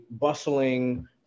bustling